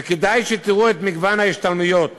וכדאי שתראו את מגוון ההשתלמויות